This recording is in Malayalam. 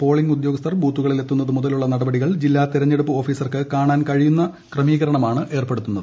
പോളിംഗ് ഉദ്യോഗസ്ഥർ ബൂത്തുകളിൽ എത്തുന്നത് മുതലുള്ള നടപടികൾ ജില്ലാ തിരഞ്ഞെടുപ്പ് ഓഫീസർക്ക് കാണാൻ കഴിയും വിധമുള്ള ക്രമീകരണങ്ങളാണ് ഏർപ്പെടുത്തുന്നത്